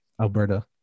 Alberta